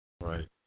Right